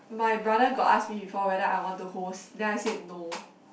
my brother got ask me before whether I want to host then I said no